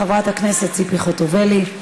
חברת הכנסת ציפי חוטובלי,